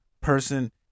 person